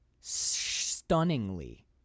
Stunningly